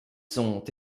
sont